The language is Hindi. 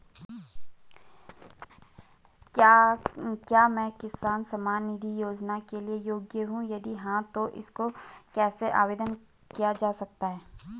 क्या मैं किसान सम्मान निधि योजना के लिए योग्य हूँ यदि हाँ तो इसको कैसे आवेदन किया जा सकता है?